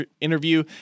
interview